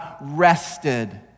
rested